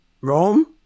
Rome